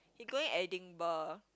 he going Edinburgh